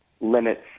limits